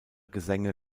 gesänge